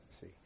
See